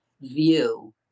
view